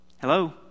Hello